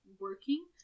working